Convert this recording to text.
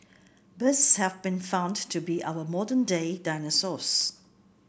birds have been found to be our modern day dinosaurs